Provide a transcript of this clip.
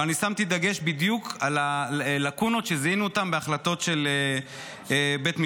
אבל שמתי דגש בדיוק על הלקונות שזיהינו בהחלטות של בית משפט.